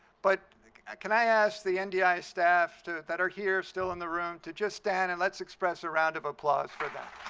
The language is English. but can i ask the ndi staff to that are here, still in the room, to just stand and let's express a round of applause for them.